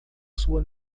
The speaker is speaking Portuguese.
sua